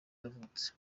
yavutse